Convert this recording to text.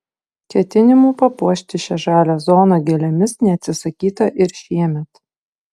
ketinimų papuošti šią žalią zoną gėlėmis neatsisakyta ir šiemet